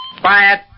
Quiet